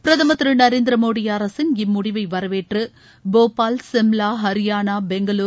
பிரதமர் திரு நரேந்திர மோடி அரசின் இம்முடிவை வரவேற்று போபால் சிம்லா ஹரியானா பெங்களுரு